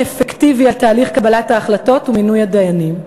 אפקטיבי על תהליך קבלת ההחלטות ומינוי הדיינים.